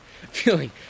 feeling